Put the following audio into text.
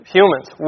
humans